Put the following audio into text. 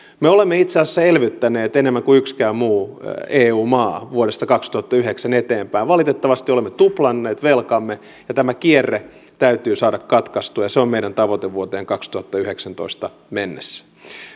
me olemme itse asiassa elvyttäneet enemmän kuin yksikään muu eu maa vuodesta kaksituhattayhdeksän eteenpäin valitettavasti olemme tuplanneet velkamme ja tämä kierre täytyy saada katkaistua ja se on meidän tavoitteemme vuoteen kaksituhattayhdeksäntoista mennessä